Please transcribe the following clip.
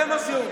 זה מה שהוא.